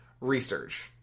research